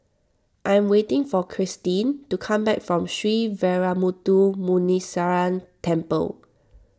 I am waiting for Kirstin to come back from Sree Veeramuthu Muneeswaran Temple